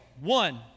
One